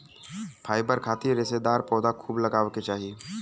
fibre खातिर रेशेदार पौधा खूब लगावे के चाही